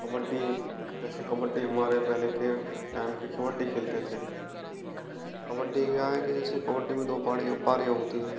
कबड्डी जैसे कबड्डी हमारे यहाँ पहले के टैम के कबड्डी खेलते थे कबड्डी क्या है कि जैसे कबड्डी में दो पारियाँ होती हैं